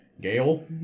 Gale